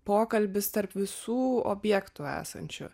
pokalbis tarp visų objektų esančių